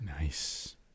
Nice